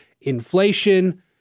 inflation